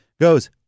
goes